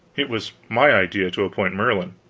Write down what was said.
it was my idea to appoint merlin.